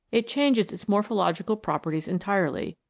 it changes its morphological properties entirely,